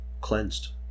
cleansed